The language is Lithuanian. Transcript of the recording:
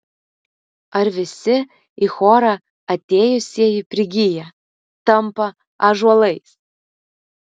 ar visi į chorą atėjusieji prigyja tampa ąžuolais